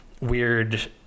weird